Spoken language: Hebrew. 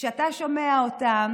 כשאתה שומע אותם